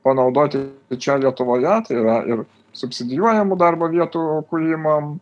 panaudoti čia lietuvoje tai yra ir subsidijuojamų darbo vietų kūrimą